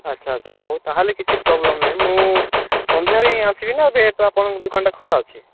ଆଚ୍ଛା ଆଚ୍ଛା ହଉ ତା'ହେଲେ କିଛି ପ୍ରୋବ୍ଲେମ୍ ନାହିଁ ମୁଁ ସନ୍ଧ୍ୟାରେ ହିଁ ଆସିବିନା ଏବେ ତ ଆପଣଙ୍କ ଦୋକାନଟା ଖୋଲାଅଛି